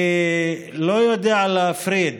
אני לא יודע להפריד